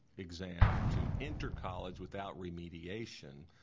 exam to enter college without remediation